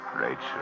Rachel